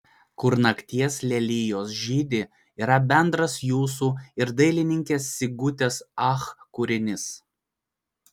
kur nakties lelijos žydi yra bendras jūsų ir dailininkės sigutės ach kūrinys